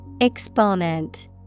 Exponent